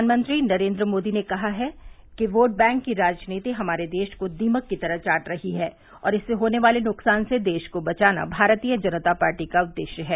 प्रधानमंत्री नरेन्द्र मोदी ने कहा है कि वोट बैंक की राजनीति हमारे देश को दीमक की तरह चाट रही है और इससे होने वाले नुकसान से देश को बचाना भारतीय जनता पार्टी का उद्देश्य है